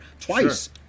Twice